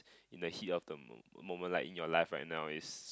in the heat of the mo~ moment like in your life right now is